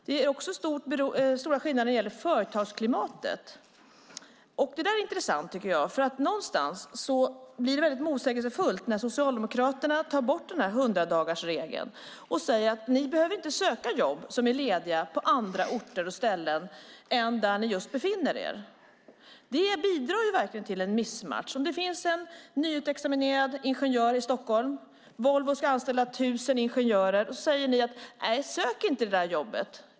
Det är också stora skillnader när det gäller företagsklimatet. Det där är intressant, tycker jag, för någonstans blir det väldigt motsägelsefullt när Socialdemokraterna vill ta bort 100-dagarsregeln och säger att ni behöver inte söka jobb som är lediga på andra orter och ställen än där ni just befinner er. Detta bidrar verkligen till missmatchning. Om det finns en nyexaminerad ingenjör i Stockholm och Volvo ska anställda 1 000 ingenjörer så säger ni: Sök inte det där jobbet!